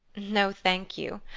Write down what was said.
no, thank you.